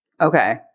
Okay